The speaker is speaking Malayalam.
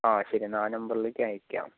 ആ ശരി എന്നാൽ ആ ആ നമ്പറിലേക്ക് അയക്കാം